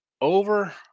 Over